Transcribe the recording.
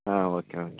ಹಾಂ okay okay